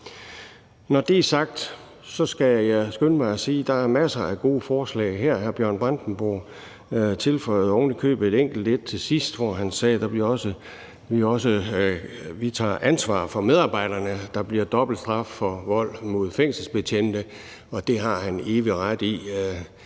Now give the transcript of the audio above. Når det er sagt, skal jeg skynde mig at sige, at der er masser af gode forslag i lovforslaget. Hr. Bjørn Brandenborg tilføjede ovenikøbet et enkelt forslag til sidst, da han sagde, at man tager ansvar for medarbejderne, og at der bliver dobbelt straf for vold mod fængselsbetjente. Det har han evig ret i.